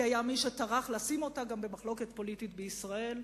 כי היה מי שטרח לשים אותה גם במחלוקת פוליטית בישראל.